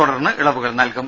തുടർന്ന് ഇളവുകൾ നൽകും